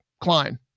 Klein